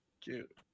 Cute